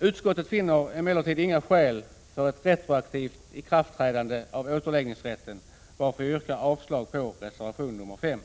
Utskottet finner emellertid inga skäl för ett retroaktivt ikraftträdande av återläggningsrätten, varför jag yrkar avslag på reservation nr 5.